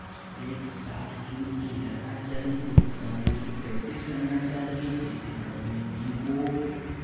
एक साथ जुड़ के लगना चाहिए एक साथ जुट के प्रैक्टिस करना चाहिए जिससे हम अपने टीम को